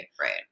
Right